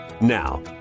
Now